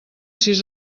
sis